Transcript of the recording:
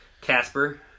Casper